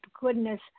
Goodness